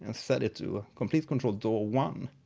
and set it to komplete kontrol daw ah one.